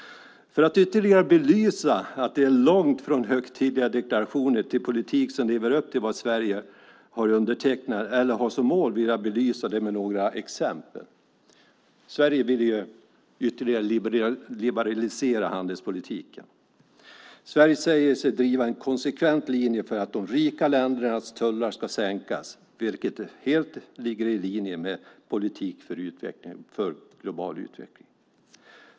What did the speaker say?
För att ytterligare belysa att det är långt från högtidliga deklarationer till politik som lever upp till vad Sverige har som mål vill jag ta upp några exempel. Sverige vill ytterligare liberalisera handelspolitiken. Sverige säger sig driva en konsekvent linje för att de rika ländernas tullar ska sänkas, vilket ligger helt i linje med politik för global utveckling.